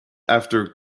after